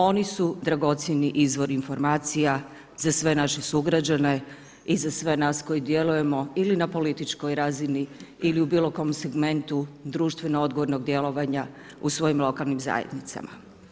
Oni su dragocjeni izvor informacija za sve naše sugrađane i za sve nas koji djelujemo ili na političkoj razini ili u bilo kom segmentu društveno odgovornog djelovanja u svojim lokalnim zajednicama.